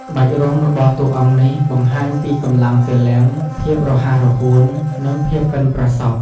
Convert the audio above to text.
ក្បាច់រាំរបស់តួអង្គនេះបង្ហាញពីកម្លាំងពលំ ភាពរហ័សរហួន និងភាពប៉ិនប្រសប់។